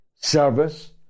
service